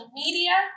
media